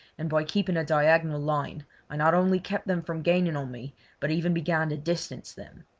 and by keeping a diagonal line i not only kept them from gaining on me but even began to distance them.